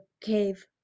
cave